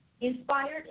inspired